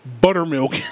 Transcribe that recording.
Buttermilk